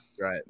Right